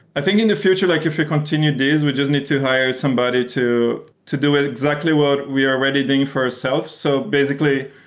i think in the future, like if we continued this, we just need to hire somebody to to do exactly what we are already doing for our self. so basically,